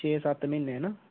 छेह् सत्त म्हीने है ना